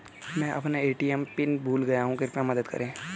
मैं अपना ATM PIN भूल गया हूँ कृपया मदद करें